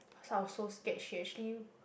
cause I was so scared she actually